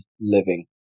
Living